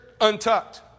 untucked